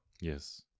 Yes